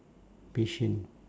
patient